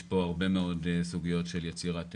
יש פה הרבה מאוד סוגיות של יצירת אמון,